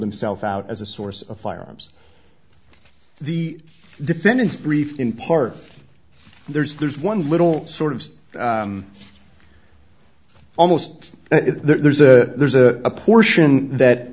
himself out as a source of firearms the defendant's brief in part there's there's one little sort of almost there's a there's a portion that